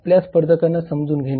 आपल्या स्पर्धकांना समजून घेणे